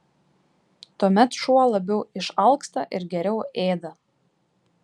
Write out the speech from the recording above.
tuomet šuo labiau išalksta ir geriau ėda